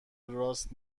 راست